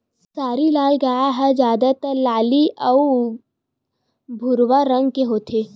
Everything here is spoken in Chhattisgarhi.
साहीवाल गाय ह जादातर लाली अउ भूरवा रंग के होथे